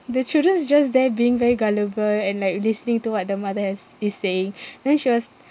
the children's just there being very gullible and like listening to what the mother has is saying then she was